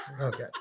Okay